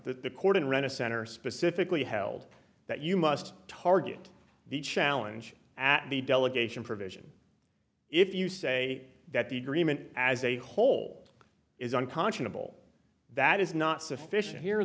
the court and ran a center specifically held that you must target the challenge at the delegation provision if you say that the agreement as a whole is unconscionable that is not sufficient here